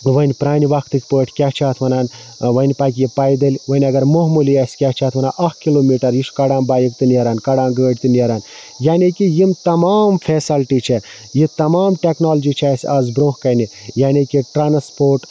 وۄنۍ پرانہِ وقتٕکۍ پٲٹھۍ کیاہ چھِ اتھ وَنان وۄنۍ پَکہِ یہِ پیدٔل وۄنۍ اگر معموٗلی آسہِ کیاہ چھِ اتھ وَنان اکھ کِلوٗمیٖٹر یہِ چھُ کَڑان بایک تہٕ نیران کَڑان گٲڑۍ تہٕ نیران یعنے کہِ یِم تَمام فیسَلٹی چھِ یہِ تَمام ٹیکنالجی چھِ اَسہِ آز برونٛہہ کَنہِ یعنے کہِ ٹرانسپوٹ